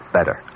Better